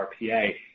RPA